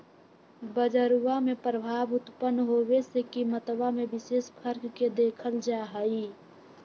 बजरवा में प्रभाव उत्पन्न होवे से कीमतवा में विशेष फर्क के देखल जाहई